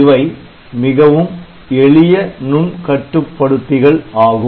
இவை மிகவும் எளிய நுண்கட்டுப்படுத்திகள் ஆகும்